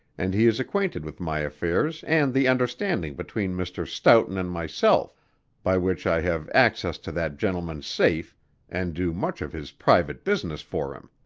and he is acquainted with my affairs and the understanding between mr. stoughton and myself by which i have access to that gentleman's safe and do much of his private business for him.